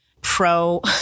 pro